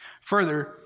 Further